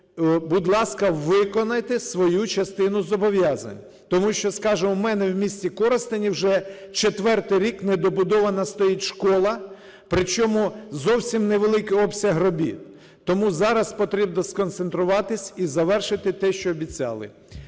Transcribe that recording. Будь ласка, виконайте свою частину зобов'язань. Тому що, скажімо, у мене в місті Коростені вже четвертий рік недобудована стоїть школа, причому зовсім невеликий обсяг робіт. Тому зараз потрібно сконцентруватись і завершити те, що обіцяли.